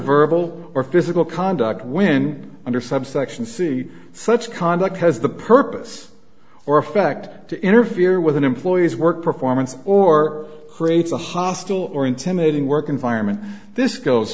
verbal or physical conduct when under subsection c such conduct has the purpose or effect to interfere with an employee's work performance or creates a hostile or intimidating work environment this go